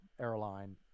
airline